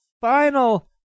final